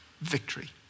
victory